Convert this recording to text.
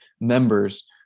members